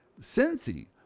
Cincy